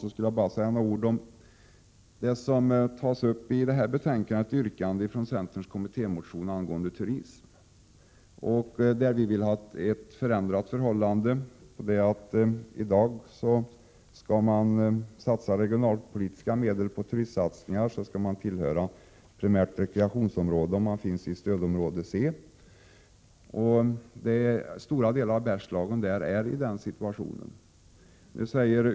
Slutligen vill jag säga några ord om ett yrkande i centerns kommittémotion angående turism. Vi vill ha ändrade förhållanden. Om man i dag skall få regionalpolitiska medel för turistsatsningar, skall man tillhöra ett primärt rekreationsområde om anläggningen finns i stödområde C. Stora delar av Bergslagen är i den situationen.